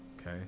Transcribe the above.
okay